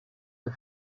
der